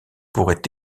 pourraient